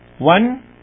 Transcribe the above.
One